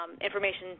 information